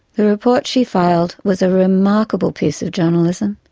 the report she filed was a remarkable piece of journalism.